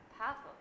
powerful